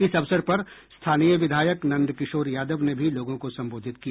इस अवसर पर स्थानीय विधायक नंद किशोर यादव ने भी लोगों को संबोधित किया